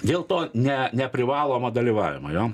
dėl to ne neprivalomo dalyvavimo jo